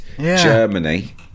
Germany